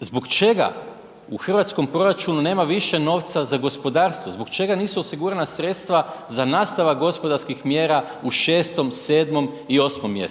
zbog čega u hrvatskom proračunu nema više novca za gospodarstvo, zbog čega nisu osigurana sredstva za nastavak gospodarskih mjera u 6., 7. i 8. mj.